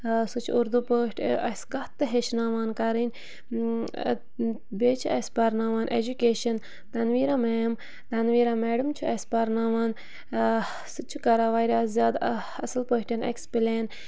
سُہ چھُ اُردو پٲٹھۍ اَسہِ کَتھ تہِ ہیٚچھناوان کَرٕنۍ بیٚیہِ چھِ اَسہِ پَرناوان education Tanveera ma'am Tanveera madam چھُ اَسہِ پَرناوان سُہ تہِ چھُ کَران واریاہ زیادٕ اَصٕل پٲٹھۍ اٮ۪کٕسپٕلین